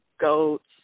goats